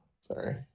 sorry